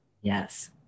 Yes